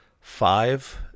Five